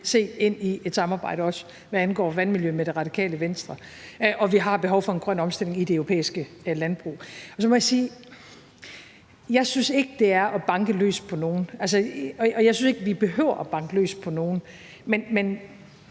se ind i et samarbejde, også hvad angår vandmiljø, med Radikale Venstre. Og vi har behov for en grøn omstilling i de europæiske landbrug. Så må jeg sige, at jeg ikke synes, at det er at banke løs på nogen, og jeg synes ikke, at vi behøver at banke løs på nogen. Men